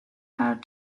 hard